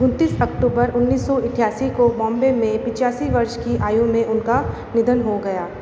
उनतीस अक्टूबर उन्नीस सौ अठासी को बॉम्बे में पिच्यासी वर्ष की आयु में उनका निधन हो गया